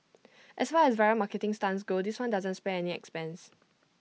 as far as viral marketing stunts go this one doesn't spare any expense